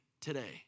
today